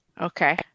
Okay